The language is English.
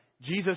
Jesus